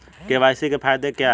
KYC के फायदे क्या है?